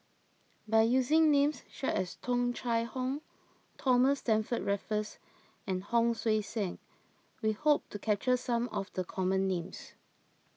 by using names such as Tung Chye Hong Thomas Stamford Raffles and Hon Sui Sen we hope to capture some of the common names